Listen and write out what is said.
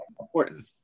important